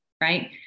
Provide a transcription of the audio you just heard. right